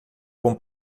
com